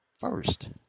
first